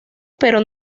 pero